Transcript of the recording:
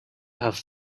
have